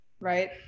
right